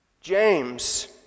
James